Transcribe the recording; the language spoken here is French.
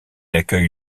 accueille